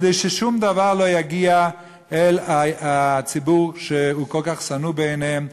כדי ששום דבר לא יגיע אל הציבור שכל כך שנוא בעיניהם,